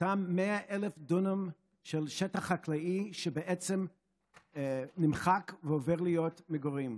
אותם 100,000 דונם של שטח חקלאי שבעצם נמחק והופך להיות מגורים.